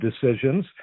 decisions